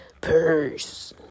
Purse